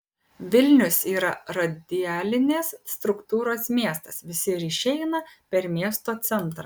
vilnius yra radialinės struktūros miestas visi ryšiai eina per miesto centrą